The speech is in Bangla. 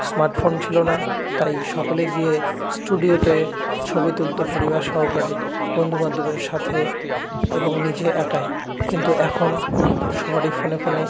স্মার্টফোন ছিল না তাই সকলে গিয়ে স্টুডিওতে ছবি তুলত পরিবার সহকারে বন্ধুবান্ধবের সাথে এবং নিজে একাই কিন্তু এখন সবারই ফোনে ফোনে